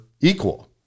equal